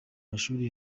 mashuri